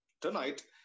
tonight